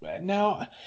Now